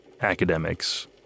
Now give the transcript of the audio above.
academics